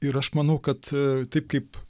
ir aš manau kad taip kaip